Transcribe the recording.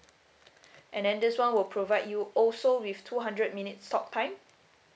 and then this one will provide you also with two hundred minutes talk time